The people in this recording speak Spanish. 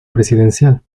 presidencial